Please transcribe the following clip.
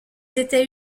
étaient